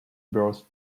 burst